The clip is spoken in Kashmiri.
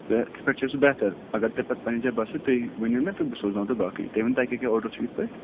تہٕ تِتھ پٲٹھۍ چھِ سُہ بہتَر اگر تۄہہِ پتہٕ پنٛنہِ جایہِ باسیو تُہۍ ؤنِو مےٚ تہٕ بہٕ سوزناوَو تۄہہِ باقٕے تُہۍ ؤنِو تۄہہِ کیٛاہ کیٛاہ آڈر چھُ یِتھ پٲٹھۍ